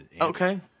Okay